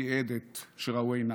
תיעד את שראו עיניו.